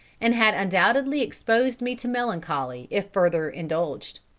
and had undoubtedly exposed me to melancholy if further indulged.